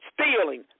stealing